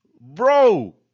bro